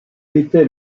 était